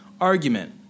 argument